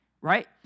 right